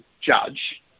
judge